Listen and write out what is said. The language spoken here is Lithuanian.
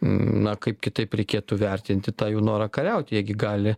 na kaip kitaip reikėtų vertinti tą jų norą kariaut jie gi gali